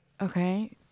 Okay